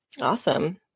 Awesome